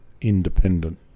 independent